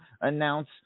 announce